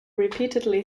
repeatedly